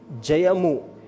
Jayamu